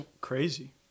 crazy